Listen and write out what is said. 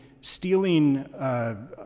stealing